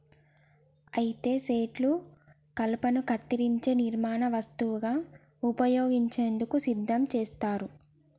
అయితే సెట్లు కలపను కత్తిరించే నిర్మాణ వస్తువుగా ఉపయోగించేందుకు సిద్ధం చేస్తారు